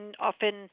often